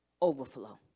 overflow